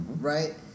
right